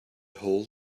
hold